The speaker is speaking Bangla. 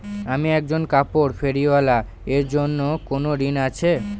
আমি একজন কাপড় ফেরীওয়ালা এর জন্য কোনো ঋণ আছে?